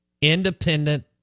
Independent